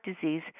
disease